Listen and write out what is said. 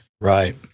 right